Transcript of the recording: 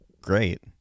great